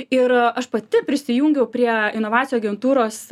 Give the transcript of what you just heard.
ir aš pati prisijungiau prie inovacijų agentūros